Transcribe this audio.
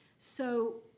so